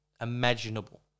Imaginable